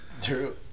true